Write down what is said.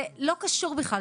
זה לא קשור בכלל.